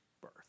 birth